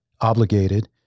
obligated